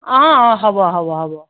অঁ অঁ হ'ব হ'ব হ'ব